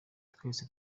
twese